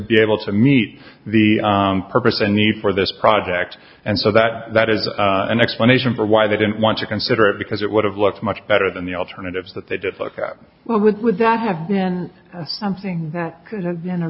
be able to meet the purpose the need for this project and so that that is an explanation for why they didn't want to consider it because it would have looked much better than the alternatives that they did well with would that have been something